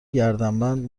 گردنبند